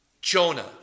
Jonah